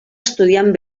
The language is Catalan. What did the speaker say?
estudiant